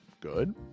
Good